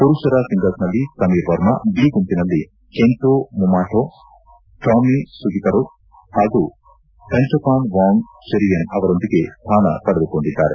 ಪುರುಷರ ಒಂಗಲ್ಸ್ನಲ್ಲಿ ಸಮೀರ್ ವರ್ಮಾ ಬಿ ಗುಂಪಿನಲ್ಲಿ ಕೆಂಟೋ ಮೊಮಾಟಾ ಟಾಮಿ ಸುಗಿರತೋ ಹಾಗೂ ಕಂಟಪಾನ್ ವಾಂಗ್ ಚೆರಿಯನ್ ಅವರೊಂದಿಗೆ ಸ್ಥಾನ ಪಡೆದುಕೊಂಡಿದ್ದಾರೆ